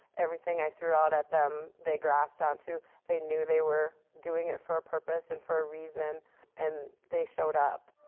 everything i threw out at them they grasped on to. they knew they were doing it for a purpose and for a reason and they showed up.